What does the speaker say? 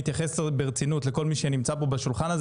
ואני רוצה גם להודות אישית לכל אחד שהגיע.